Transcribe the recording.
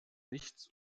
nichts